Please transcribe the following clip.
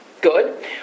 Good